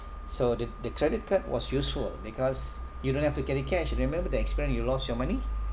so the the credit card was useful because you don't have to get a cash remember the experience you lost your money